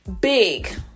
big